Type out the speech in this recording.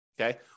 Okay